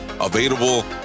available